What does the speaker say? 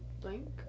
blank